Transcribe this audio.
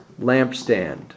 lampstand